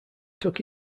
took